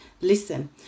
listen